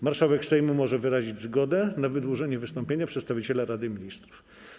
Marszałek Sejmu może wyrazić zgodę na wydłużenie wystąpienia przedstawiciela Rady Ministrów.